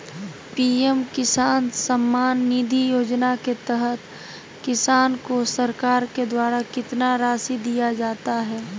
PM Kisan Samman Nidhi Yojana के तहत किसान को सरकार के द्वारा कितना रासि दिया जाता है?